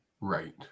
Right